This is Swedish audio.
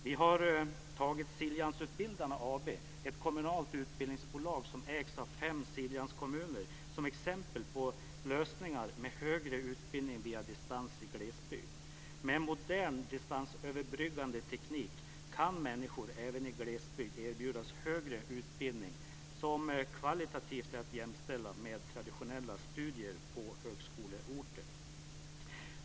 Vi har tagit Siljansutbildarna AB, ett kommunalt utbildningsbolag som ägs av fem Siljanskommuner, som exempel på lösning med högre utbildning via distans i glesbygd. Med modern distansöverbryggande teknik kan människor även i glesbygd erbjudas högre utbildning som kvalitativt är att jämställa med traditionella studier på högskoleorter.